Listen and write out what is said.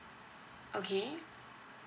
okay